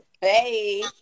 Hey